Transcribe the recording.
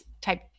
type